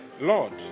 Lord